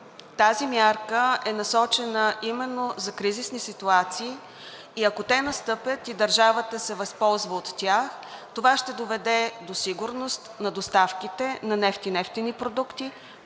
тази мярка е насочена именно за кризисни ситуации и ако те настъпят и държавата се възползва от тях, това ще доведе до сигурност на доставките на нефт и нефтени продукти,